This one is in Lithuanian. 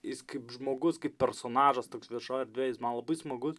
jis kaip žmogus kaip personažas toks viešoj erdvėj jis man labai smagus